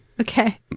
Okay